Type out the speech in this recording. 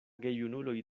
gejunuloj